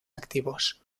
activos